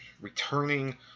returning